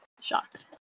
shocked